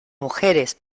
mujeres